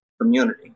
community